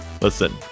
Listen